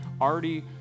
already